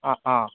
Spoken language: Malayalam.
ആ ആഹ്